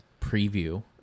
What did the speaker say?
preview